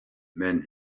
men